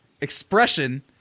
expression